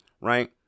right